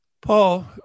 Paul